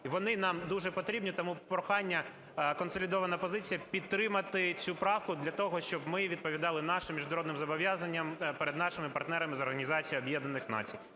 вони нам дуже потрібні. Тому прохання, консолідована позиція підтримати цю правку для того, щоб ми відповідали нашим міжнародним зобов'язанням перед нашими партнерам з